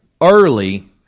early